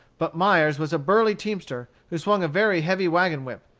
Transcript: but myers was a burly teamster who swung a very heavy wagon-whip,